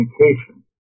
communication